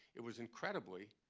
it was incredibly,